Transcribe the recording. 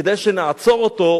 כדאי שנעצור אותו,